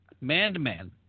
man-to-man